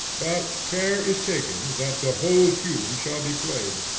but care is taken that the whole tune shall be played.